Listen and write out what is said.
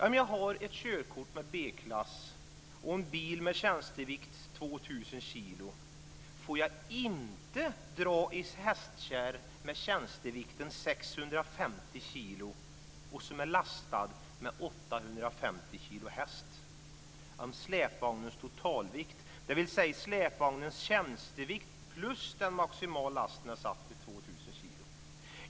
Om jag har ett körkort med B-klass och en bil med tjänstevikt 2 000 kilo får jag inte dra en hästkärra med tjänstevikten 650 kilo som är lastad med 850 kilo.